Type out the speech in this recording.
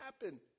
happen